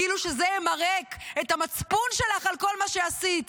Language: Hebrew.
כאילו שזה ימרק את המצפון שלך על כל מה שעשית.